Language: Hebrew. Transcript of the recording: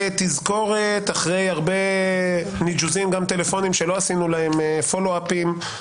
ותזכורת אחרי ניגו'סים טלפוניים שלא עשינו להם פולו אפים,